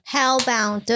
Hellbound